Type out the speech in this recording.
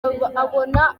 abona